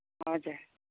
हजुर